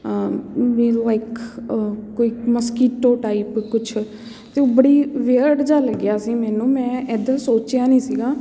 ਕੋਈ mosquito type ਕੁਛ ਅਤੇ ਉਹ ਬੜੀ ਹੀ ਵੇਅਰਡ ਜਿਹਾ ਲੱਗਿਆ ਸੀ ਮੈਨੂੰ ਮੈਂ ਐਂਦਾ ਸੋਚਿਆ ਨਹੀਂ ਸੀਗਾ